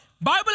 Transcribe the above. Bible